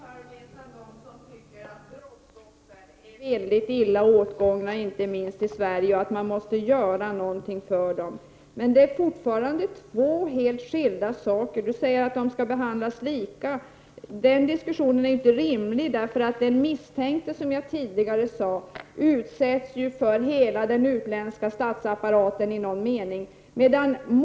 Herr talman! Jag är minsann en av dem som tycker att brottsoffer ofta blir mycket illa åtgångna, inte minst i Sverige, och att något måste göras för dem. Men här rör det sig om två helt skilda saker. Anders Svärd säger att de skall behandlas lika väl som den misstänkte. Den diskussionen är inte rimlig, därför att den misstänke — som jag tidigare sade — utsätts för hela den utländska rättssapparaten i någon mening.